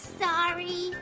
sorry